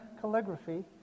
calligraphy